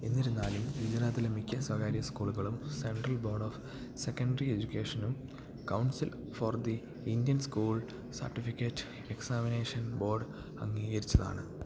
എന്നിരുന്നാലും ഗുജറാത്തിലെ മിക്ക സ്വകാര്യ സ്കൂളുകളും സെൻട്രൽ ബോര്ഡ് ഓഫ് സെക്കെൻഡ്രി എജ്യുക്കേഷനും council for the Indian school certificate examination board അംഗീകരിച്ചതാണ്